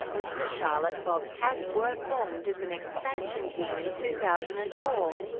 as the charlotte bobcats were formed as an expansion team in two thousand and four.